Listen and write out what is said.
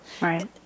right